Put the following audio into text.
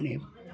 बे